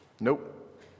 Nope